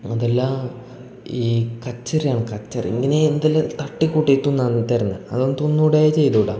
അതെല്ലാ ഈ കച്ചറയാണ് ഈ കച്ചറ ഇങ്ങനെ എന്തെല്ലാം തട്ടിക്കൂട്ടീട്ടുന്നാന്ന് തരുന്നതെന്ന് അതൊന്നും തിന്നൂടെ ചെയ്തൂട